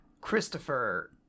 Christopher